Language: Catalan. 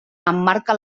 emmarca